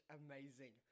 amazing